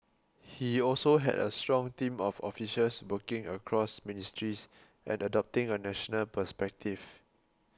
he also had a strong team of officials working across ministries and adopting a national perspective